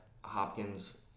Hopkins